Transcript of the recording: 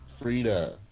Frida